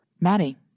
Maddie